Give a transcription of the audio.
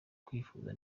kwifuza